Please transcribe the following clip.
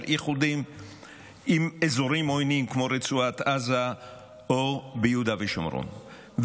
איחודים עם אזורים עוינים כמו רצועת עזה או יהודה ושומרון,